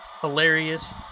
hilarious